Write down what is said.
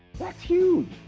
that's huge,